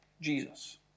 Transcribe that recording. Jesus